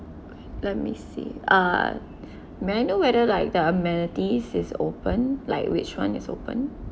let me see uh may I know whether like the amenities is open like which one is open